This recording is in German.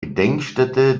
gedenkstätte